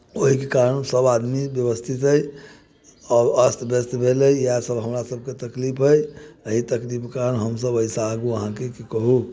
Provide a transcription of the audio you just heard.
ओहिके कारण सभ आदमी व्यवस्थित अइ आओर अस्त व्यस्त भेल अइ इएहसभ हमरासभके तकलीफ अइ एही तकलीफ कारण हमसभ एहिसँ आगू अहाँके की कहू